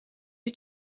you